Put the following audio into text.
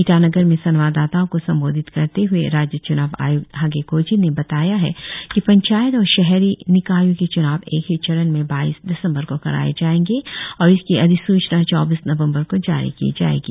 ईटानगर में संवाददाताओं को संबोधित करते हुए राज्य च्नाव आय्क्त होगे कोजीन ने बताया है कि पंचायत और शहरी निकायों के चुनाव एक ही चरण में बाईस दिसंबर को कराए जाएंगे और इसकी अधिसूचना चौबीस नवंबर को जारी की जाएगी